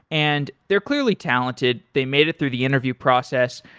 and they're clearly talented. they made it through the interview process.